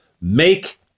Make